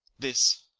this